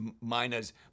miners